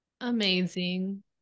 Amazing